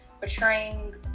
betraying